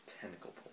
tentacle